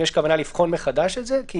יש כוונה לבחון את זה מחדש כי